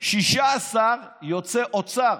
16 הם יוצאי אוצר,